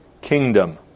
kingdom